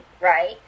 right